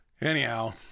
Anyhow